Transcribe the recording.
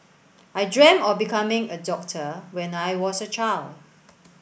I dreamt of becoming a doctor when I was a child